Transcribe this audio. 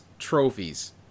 trophies